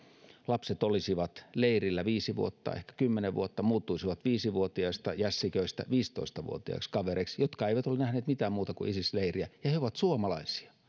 lapset olisivat leirillä viisi vuotta ehkä kymmenen vuotta muuttuisivat viisi vuotiaista jässiköistä viisitoista vuotiaiksi kavereiksi jotka eivät ole nähneet mitään muuta kuin isis leiriä ja he ovat suomalaisia